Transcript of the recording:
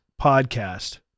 podcast